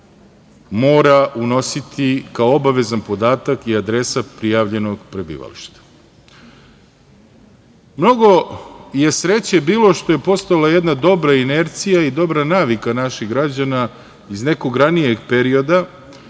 mora unositi kao obavezan podatak i adresa prijavljenog prebivališta. Mnogo je sreće bilo što je postojala jedna dobra inercija i dobra navika naših građana iz nekog ranijeg perioda,